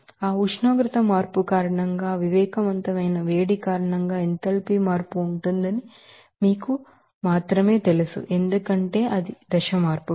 కాబట్టి ఆ ఉష్ణోగ్రత మార్పు కారణంగా ఆ సెన్సిబిల్ హీట్ కారణంగా ఎంథాల్పీ మార్పు ఉంటుందని మీకు మాత్రమే తెలుసు ఎందుకంటే ఆ దశ మార్పు